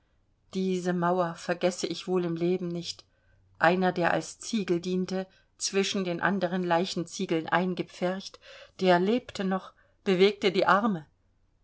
diese mauer vergesse ich wohl im leben nicht einer der als ziegel diente zwischen den anderen leichenziegeln eingepfercht der lebte noch bewegte die arme